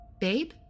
Babe